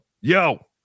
Yo